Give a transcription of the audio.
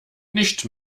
nicht